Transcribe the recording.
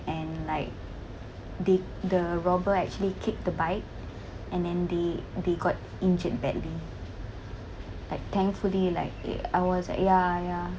and like they the robber actually kicked the bike and then they they got injured badly like thankfully like uh I was like ya ya